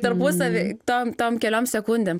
tarpusavy tom tom keliom sekundėm